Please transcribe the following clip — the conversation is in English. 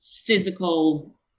physical